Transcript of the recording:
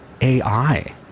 AI